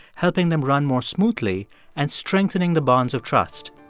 helping them run more smoothly and strengthening the bonds of trust